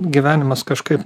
man gyvenimas kažkaip